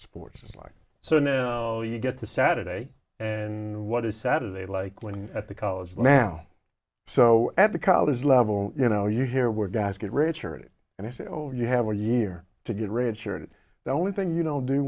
sports is like so now you get the saturday and what is saturday like living at the college now so at the college level you know you hear where guys get richer it and i say oh you have a year to get red shirted the only thing you know do